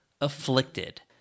afflicted